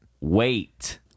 Wait